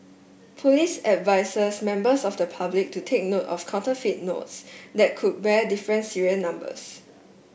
police advises members of the public to take note of counterfeit notes that could bear difference serial numbers